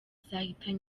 zahitanye